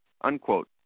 Unquote